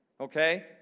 Okay